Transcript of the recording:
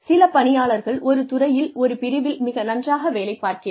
சில பணியாளர்கள் ஒரு துறையில் ஒரு பிரிவில் மிக நன்றாக வேலைப் பார்க்கிறார்